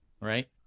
right